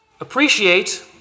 Appreciate